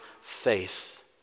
faith